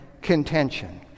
contention